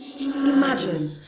Imagine